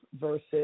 versus